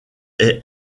est